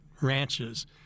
ranches